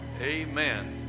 Amen